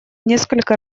несколько